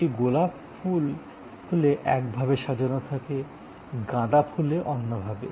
এটি গোলাপ ফুলে এক ভাবে সাজানো থাকে এবং গাঁদা ফুলে অন্য ভাবে